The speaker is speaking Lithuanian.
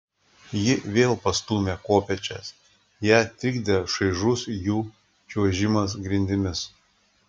ji vėl pastūmė kopėčias ją trikdė šaižus jų čiuožimas grindimis